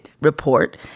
report